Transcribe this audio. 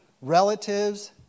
relatives